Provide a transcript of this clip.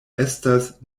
estas